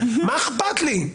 מה אכפת לי?